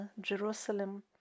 jerusalem